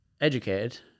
educated